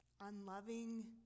unloving